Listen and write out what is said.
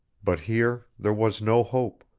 but here there was no hope,